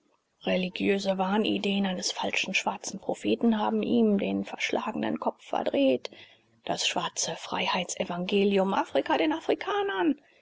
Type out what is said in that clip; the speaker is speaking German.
religiöse wahnideen eines falschen schwarzen propheten haben ihm den verschlagenen kopf verdreht das schwarze freiheitsevangelium afrika den afrikanern